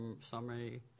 summary